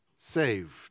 saved